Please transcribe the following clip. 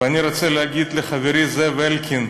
ואני רוצה להגיד לחברי זאב אלקין